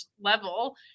level